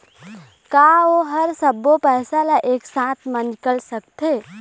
का ओ हर सब्बो पैसा ला एक साथ म निकल सकथे?